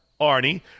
Arnie